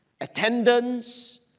attendance